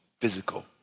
physical